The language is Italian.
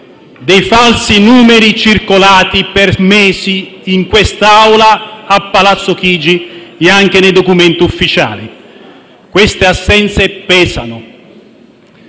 dei falsi numeri circolati per mesi in quest'Assemblea, a Palazzo Chigi e anche nei documenti ufficiali. Le assenze pesano.